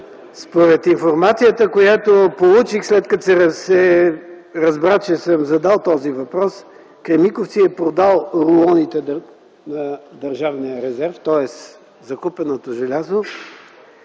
Според информацията, която получих, след като се разбра, че съм задал този въпрос, „Кремиковци” е продал рулоните на Държавния резерв, тоест закупеното желязо,